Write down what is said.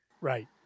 right